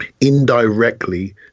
indirectly